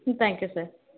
ம் thank you sir